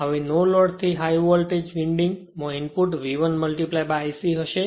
હવે no load થી high voltage winding માં ઈન્પુટ V1 I c હશે